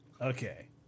Okay